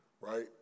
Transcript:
right